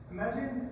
Imagine